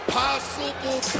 possible